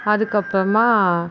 அதுக்கப்புறமா